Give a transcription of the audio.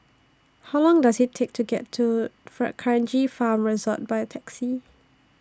How Long Does IT Take to get to D'Kranji Farm Resort By Taxi